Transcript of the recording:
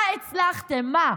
מה הצלחתם, מה?